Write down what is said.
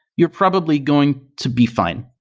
you're probably going to be fine.